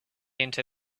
into